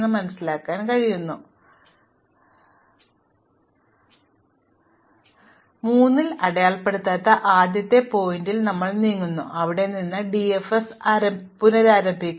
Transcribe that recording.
ഇപ്പോൾ 3 എന്ന് അടയാളപ്പെടുത്താത്ത ആദ്യത്തെ ശീർഷകത്തിലേക്ക് ഞങ്ങൾ നീങ്ങുന്നു അവിടെ നിന്ന് ഞങ്ങൾ പുതിയ DFS ൽ പുനരാരംഭിക്കുന്നു